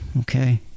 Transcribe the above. okay